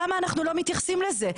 למה אנחנו לא מתייחסים לזה?